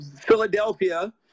Philadelphia